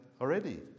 already